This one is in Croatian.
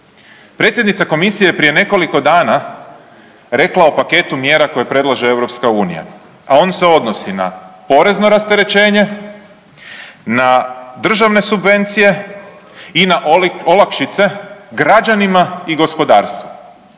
Predsjednica komisije je prije nekolik dana rekla o paketu mjera koje predlaže EU a on se odnosi na porezno rasterećenje, na državne subvencije i na olakšice građanima i gospodarstvu.